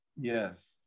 yes